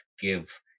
give